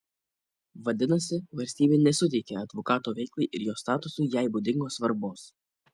vadinasi valstybė nesuteikia advokato veiklai ir jo statusui jai būdingos svarbos